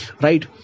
Right